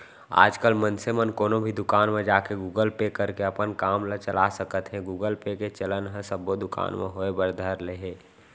आजकल मनसे मन कोनो भी दुकान म जाके गुगल पे करके अपन काम ल चला सकत हें गुगल पे के चलन ह सब्बो दुकान म होय बर धर ले हे